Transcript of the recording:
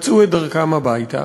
מצאו את דרכם הביתה.